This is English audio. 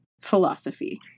philosophy